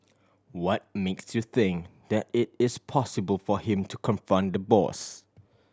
what makes you think that it is possible for him to confront the boss